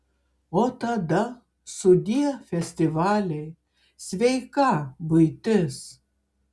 o tada sudie festivaliai sveika buitis